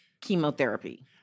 chemotherapy